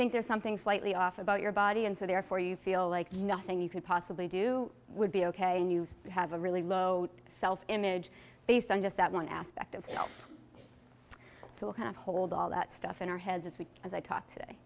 think there's something slightly off about your body and so therefore you feel like nothing you could possibly do would be ok and you have a really low self image based on just that one aspect of you know to hold all that stuff in our heads as we as i talk today